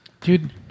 dude